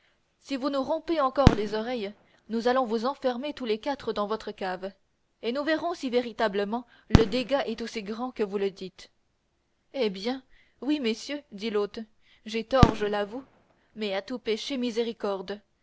si vous nous rompez encore les oreilles nous allons nous renfermer tous les quatre dans votre cave et nous verrons si véritablement le dégât est aussi grand que vous le dites eh bien oui messieurs dit l'hôte j'ai tort je l'avoue mais à tout péché miséricorde